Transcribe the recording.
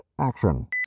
action